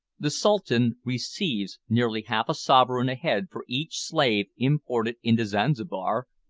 the sultan receives nearly half a sovereign a head for each slave imported into zanzibar,